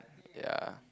ya